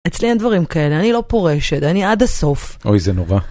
אצלי אין דברים כאלה, אני לא פורשת, אני עד הסוף. אוי, זה נורא.